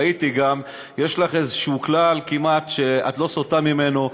ראיתי גם, יש לך איזה כלל שאת כמעט לא סוטה ממנו.